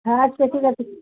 আচ্ছা ঠিক আছে